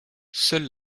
seule